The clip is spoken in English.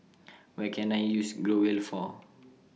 What Can I use Growell For